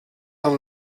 amb